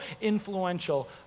influential